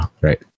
right